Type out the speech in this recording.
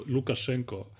Lukashenko